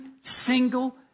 single